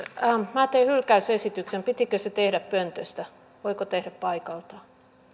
minä teen hylkäysesityksen pitikö se tehdä pöntöstä voiko tehdä paikaltaan